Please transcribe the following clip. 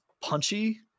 punchy